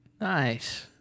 Nice